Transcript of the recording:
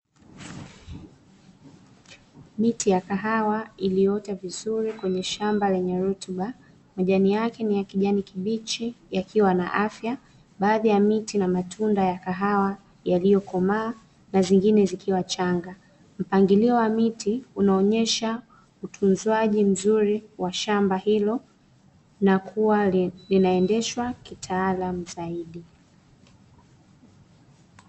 Miti ya kahawa iliyoota vizuri kwenye shamba lenye rutuba majani yake ni ya kijani kibichi yakiwa na afya. Baadhi ya miti na matunda ya kahawa yaliyokomaa na zingine zikiwa changa. Mpangilio wa miti unaonyesha utunzwaji mzuri wa shamba hilo na kuwa linaendeshwa kitaalamu zaidi.